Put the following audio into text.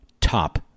top